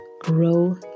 grow